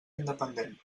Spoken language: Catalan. independent